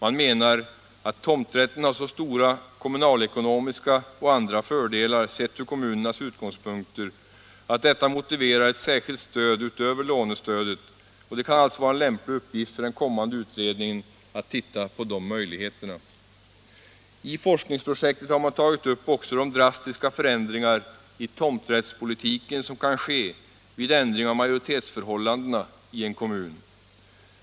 Man menar att tomträtten har så stora kommunalekonomiska och andra fördelar från kommunernas synpunkt, att detta motiverar ett särskilt stöd utöver lånestödet, och det kan alltså vara en lämplig uppgift för den kommande utredningen att titta på de möjligheterna. I forskningsprojektet har man tagit upp också de drastiska förändringar i tomträttspolitiken som kan ske vid ändring av majoritetsförhållandena ien kommun.